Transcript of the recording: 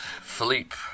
Philippe